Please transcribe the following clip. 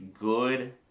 good